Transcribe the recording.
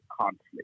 conflict